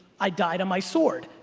i died on my sword.